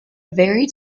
very